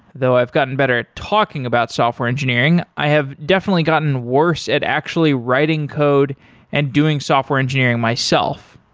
though i've gotten better at talking about software engineering, i have definitely gotten worse at actually writing code and doing software engineering myself.